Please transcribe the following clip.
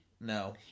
No